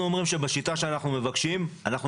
אנחנו אומרים שבשיטה שאנחנו מבקשים אנחנו